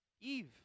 Eve